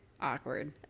Awkward